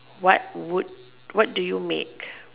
what would what do you make